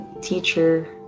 teacher